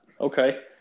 Okay